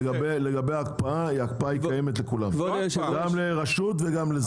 ההקפאה קיימת לכולם, גם לרשות וגם לזה.